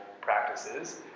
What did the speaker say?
practices